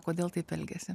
kodėl taip elgiasi